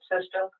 system